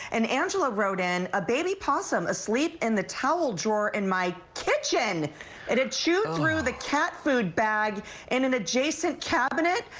and angela row in, a baby possum asleep in the towel drawer in my kitchen and it chewed through the cat food bag in an adjacent cabinet.